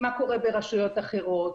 מה קורה ברשויות אחרות,